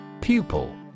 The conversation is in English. Pupil